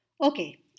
Okay